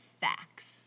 facts